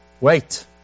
wait